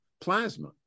plasma